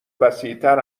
وسیعتر